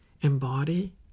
embody